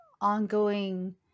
ongoing